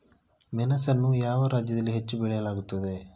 ಮೆಣಸನ್ನು ಯಾವ ರಾಜ್ಯದಲ್ಲಿ ಹೆಚ್ಚು ಬೆಳೆಯಲಾಗುತ್ತದೆ?